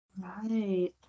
right